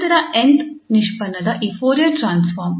ನಂತರ 𝑛th ನಿಷ್ಪನ್ನದ ಈ ಫೋರಿಯರ್ ಟ್ರಾನ್ಸ್ಫಾರ್ಮ್